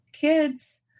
kids